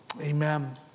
Amen